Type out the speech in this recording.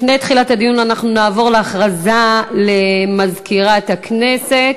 לפני תחילת הדיון אנחנו נעבור להודעה של מזכירת הכנסת.